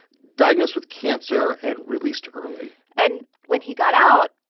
diagnosed with cancer and released early and when he got out,